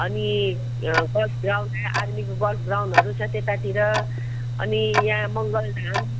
अनि golf ground आर्मीको golf ग्राउन्डहरू छ त्यतातिर अनि यहाँ मङ्गल धाम